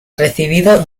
recibido